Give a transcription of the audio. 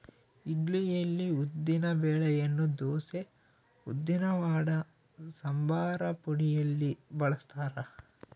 ಇಡ್ಲಿಯಲ್ಲಿ ಉದ್ದಿನ ಬೆಳೆಯನ್ನು ದೋಸೆ, ಉದ್ದಿನವಡ, ಸಂಬಾರಪುಡಿಯಲ್ಲಿ ಬಳಸ್ತಾರ